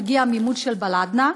מגיע המימון של "בלדנא"?